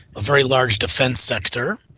a very large defence sector,